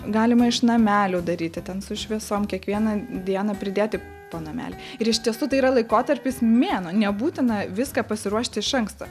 galima iš namelių daryti ten su šviesom kiekvieną dieną pridėti po namelį ir iš tiesų tai yra laikotarpis mėnuo nebūtina viską pasiruošti iš anksto